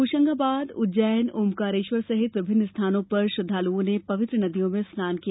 होशंगाबाद उज्जैन ओंकारेश्वर सहित विभिन्न स्थानों पर श्रद्वाल़ओं ने पवित्र नदियों में स्नान किया